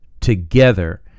together